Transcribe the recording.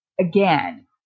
again